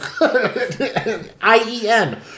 I-E-N